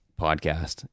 podcast